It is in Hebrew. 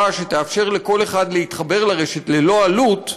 שתאפשר לכל אחד להתחבר לרשת ללא עלות,